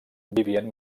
vivien